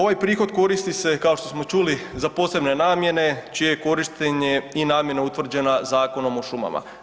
Ovaj prihod koristi se kao što smo čuli za posebne namjene čije je korištenje i namjena utvrđena Zakonom o šumama.